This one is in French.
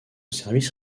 service